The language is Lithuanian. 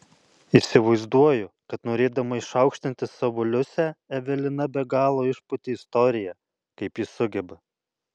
įsivaizduoju kad norėdama išaukštinti savo liusę evelina be galo išpūtė istoriją kaip ji sugeba